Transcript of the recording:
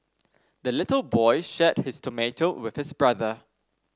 the little boy shared his tomato with his brother